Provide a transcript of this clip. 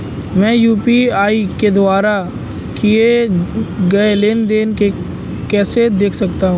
मैं यू.पी.आई के द्वारा किए गए लेनदेन को कैसे देख सकता हूं?